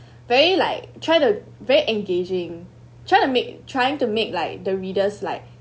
very like try to very engaging try to made trying to make like the readers like